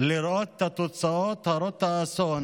לראות את התוצאות הרות האסון